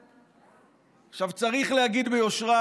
עכשיו, צריך להגיד ביושרה